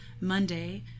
Monday